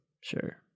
Sure